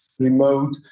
remote